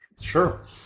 Sure